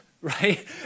right